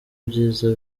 byiza